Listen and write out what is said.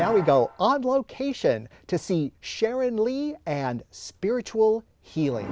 now we go on location to see sharon lee and spiritual heal